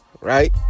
right